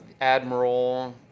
Admiral